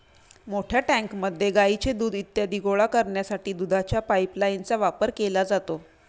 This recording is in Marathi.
मोठ्या टँकमध्ये गाईचे दूध इत्यादी गोळा करण्यासाठी दुधाच्या पाइपलाइनचा वापर केला जातो